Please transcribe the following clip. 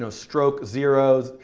so stroke zero,